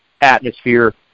atmosphere